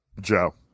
Joe